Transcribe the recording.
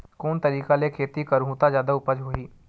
कोन तरीका ले खेती करहु त जादा उपज होही?